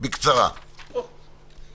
בקצרה, בבקשה.